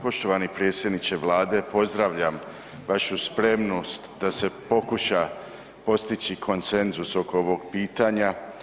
Poštovani predsjedniče Vlade, pozdravljam vašu spremnost da se pokuša postići konsenzus oko ovog pitanja.